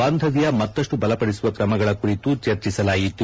ಬಾಂಧವ್ಯ ಮತ್ತಷ್ಟು ಬಲಪಡಿಸುವ ಕ್ರಮಗಳ ಕುರಿತು ಚರ್ಚಿಸಲಾಯಿತು